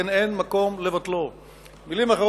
חוק